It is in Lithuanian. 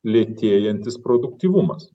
lėtėjantis produktyvumas